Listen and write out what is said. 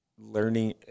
learning